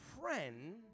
friend